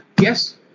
Yes